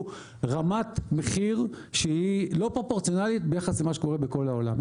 רמת מחיר שהיא לא פרופורציונאלית ביחס למה שקורה בכל העולם.